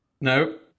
No